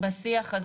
בשיח הזה.